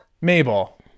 Mabel